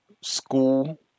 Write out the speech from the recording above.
school